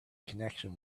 connection